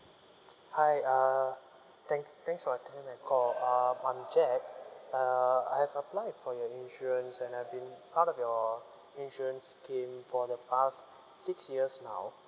hi uh thank~ thanks for taking my call uh I'm jack uh I've applied for your insurance and I've been part of your insurance scheme for the past six years now